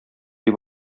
дип